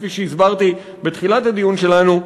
כי כפי שהסברתי בתחילת הדיון שלנו,